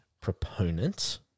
proponent